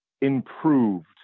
improved